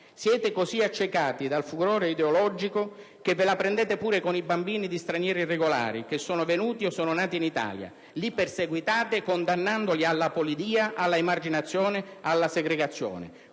Siete così accecati dal furore ideologico che ve la prendete pure con i bambini di stranieri irregolari che sono venuti o sono nati in Italia; li perseguitate, condannandoli all'apolidia, all'emarginazione e alla segregazione.